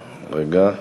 רגע.